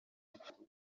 y’igihugu